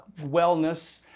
wellness